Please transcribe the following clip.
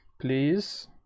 Please